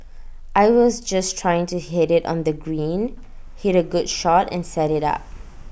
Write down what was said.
I was just trying to hit IT on the green hit A good shot and set IT up